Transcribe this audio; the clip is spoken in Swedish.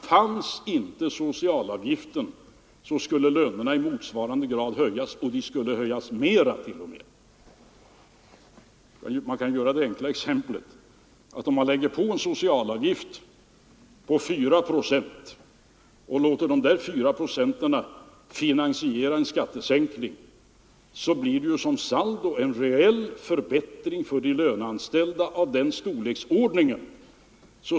Fanns inte socialavgiften skulle lönerna höjas i motsvarande grad, ja t.o.m. mera. Man kan anföra det enkla exemplet att ett pålägg av en socialavgift på 4 procent får finansiera en skattesänkning. Som saldo får man då en reell förbättring i samma storleksordning för de löneanställda.